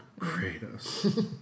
Kratos